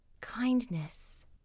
Kindness